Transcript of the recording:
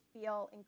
feel